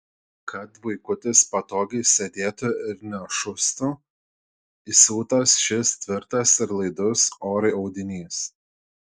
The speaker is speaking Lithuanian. kad vaikutis patogiai sėdėtų ir nešustų įsiūtas šis tvirtas ir laidus orui audinys